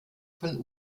von